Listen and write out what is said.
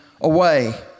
away